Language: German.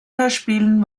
hörspielen